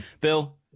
bill